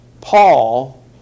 Paul